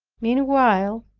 meanwhile,